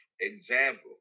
Example